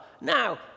now